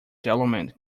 development